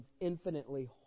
infinitely